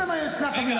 זה מה יש, זו החבילה.